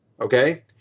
okay